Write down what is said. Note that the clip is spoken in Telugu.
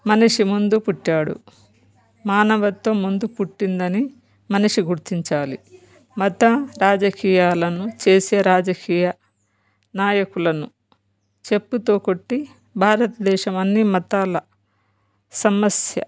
మనిషి ముందు పుట్టాడు మానవత్వం ముందు పుట్టిందని మనిషి గుర్తించాలి మత రాజకీయాలను చేసే రాజకీయ నాయకులను చెప్పుతో కొట్టి భారతదేశం అన్ని మతాల సమస్య